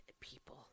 people